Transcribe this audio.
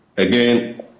Again